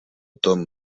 tom